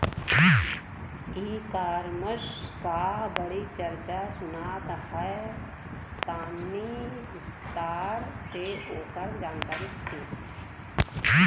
E commerce क बड़ी चर्चा सुनात ह तनि विस्तार से ओकर जानकारी दी?